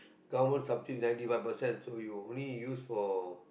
government subsidise ninety five percent so you only use for